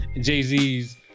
Jay-Z's